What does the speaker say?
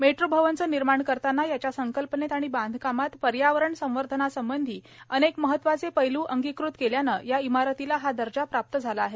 metro भवनचे निर्माण करताना याच्या संकल्पनेत आणि बांधकामात पर्यावरण संवर्धनासंबंधी अनेक महत्वाचे पैलू अंगीकृत केल्याने या इमारतीला हा दर्जा प्राप्त झाला आहे